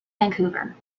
vancouver